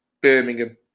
Birmingham